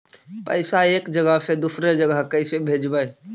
पैसा एक जगह से दुसरे जगह कैसे भेजवय?